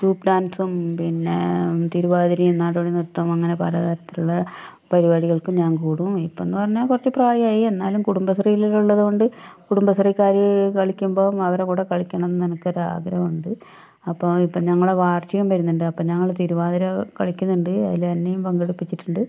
group ഡാൻസും പിന്നെ തിരുവാതിരയും നാടോടി നൃത്തവും അങ്ങനെ പല തരത്തിലുള്ള പരിപാടികൾക്കും ഞാൻ കൂടും ഇപ്പം എന്ന് പറഞ്ഞാൽ കുറച്ച് പ്രായമായി എന്നാലും കുടുംബശ്രീയിൽ ഉള്ളതുകൊണ്ട് കുടുംബശ്രീക്കാർ കളിക്കുമ്പോൾ അവരെ കൂടെ കളിക്കണം എന്ന് എനിക്കൊരാഗ്രഹമുണ്ട് അപ്പോൾ ഇപ്പം ഞങ്ങളെ വാർഷികം വരുന്നുണ്ട് അപ്പോൾ ഞങ്ങൾ തിരുവാതിര കളിക്കുന്നുണ്ട് അതിൽ എന്നേയും പങ്കെടുപ്പിച്ചിട്ടുണ്ട്